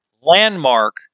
landmark